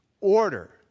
order